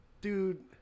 dude